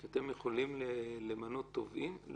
אתם יכולים למנות תובעים?